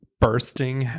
bursting